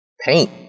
paint